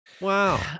Wow